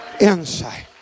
insight